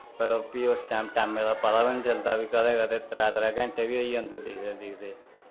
मतलब फ्ही उस टैम टैमै दा पता बी निं चलदा ऐ कदें कदें त्रै त्रै घैंटे बी होई जंदे दिखदे दिखदे